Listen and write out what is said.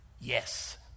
yes